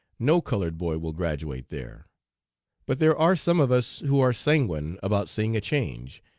no colored boy will graduate there but there are some of us who are sanguine about seeing a change,